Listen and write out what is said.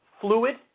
fluid